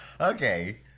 Okay